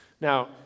Now